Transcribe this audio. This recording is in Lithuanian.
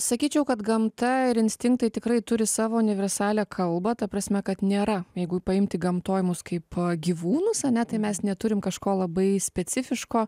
sakyčiau kad gamta ir instinktai tikrai turi savo universalią kalbą ta prasme kad nėra jeigu paimti gamtoj mus kaip gyvūnus ane tai mes neturim kažko labai specifiško